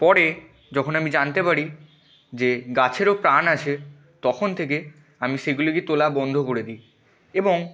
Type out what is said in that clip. পরে যখন আমি জানতে পারি যে গাছেরও প্রাণ আছে তখন থেকে আমি সেগুলিকে তোলা বন্ধ করে দিই এবং